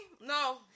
no